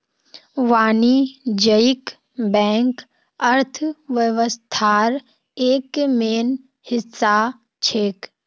वाणिज्यिक बैंक अर्थव्यवस्थार एक मेन हिस्सा छेक